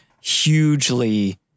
hugely